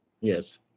Yes